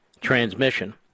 transmission